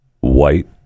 white